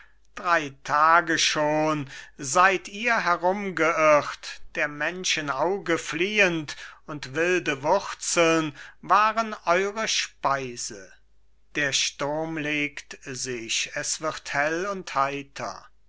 drei tage schon seid ihr herumgeirrt der menschen auge fliehend und wilde wurzeln waren eure speise der sturm legt sich es wird hell und heiter